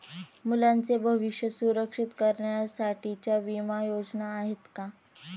मुलांचे भविष्य सुरक्षित करण्यासाठीच्या विमा योजना आहेत का?